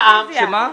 בבקשה.